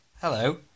Hello